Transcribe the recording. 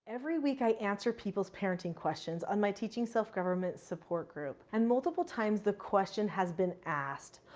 every week, i answer people's parenting questions on my teaching self-government support group. and multiple times, the question has been asked,